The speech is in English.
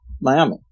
Miami